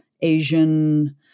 Asian